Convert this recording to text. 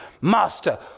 master